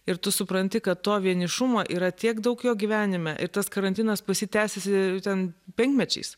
ir tu supranti kad to vienišumo yra tiek daug jo gyvenime ir tas karantinas pas jį tęsiasi ten penkmečiais